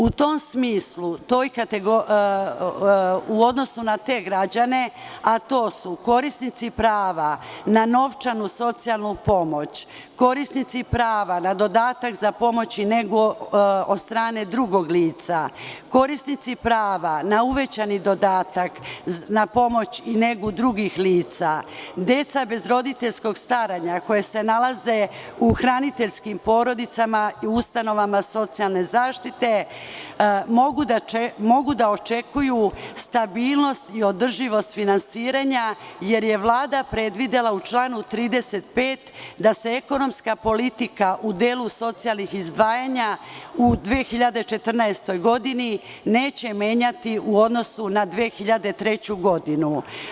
U tom smislu, u odnosu na te građane, a to su korisnici prava na novčanu socijalnu pomoć, korisnici prava na dodatak za pomoć i negu od strane drugog lica, korisnici prava na uvećani dodatak na pomoć i negu drugih lica, deca bez roditeljskog staranja koja se nalaze u hraniteljskim porodicama i u ustanovama socijalne zaštite mogu da očekuje stabilnost i održivost finansiranja, jer je Vlada predvidela u članu 35. da se ekonomska politika u delu socijalnih izdvajanja u 2014. godini neće menjati u odnosu na 2003. godinu.